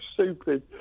stupid